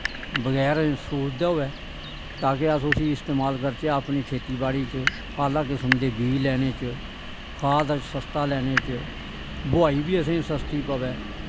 बगैर सूद दे होऐ ताकि अस उसी इस्तेमाल करचै अपनी खेती बाड़ी च आह्ल्ला किस्म दे बीऽ लैने च खाद सस्ता लैने च बुआही बी असें ई सस्ती पवै